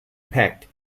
packed